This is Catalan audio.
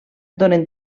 donen